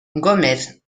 gómez